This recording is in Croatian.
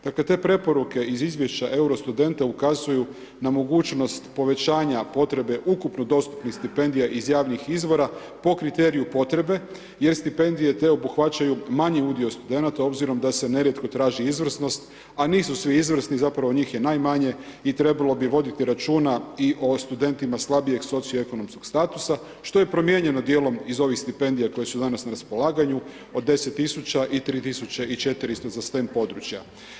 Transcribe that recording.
Dakle te preporuke iz izvješća Euro studenta ukazuju na mogućnost povećanja potrebe ukupno dostupnih stipendija iz javnih po kriteriju potrebe jer stipendije te obuhvaćaju manji udio studenata obzirom da se nerijetko traži izvrsnost a nisu svi izvrsni, zapravo njih je najmanje i trebalo bi voditi računa i o studentima slabije socio-ekonomskog statusa što je promijenjeno djelom iz ovih stipendija koje su danas na raspolaganju, od 10 000 i 3400 za STEM područja.